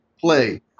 play